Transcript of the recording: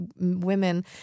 women